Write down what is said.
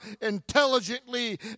intelligently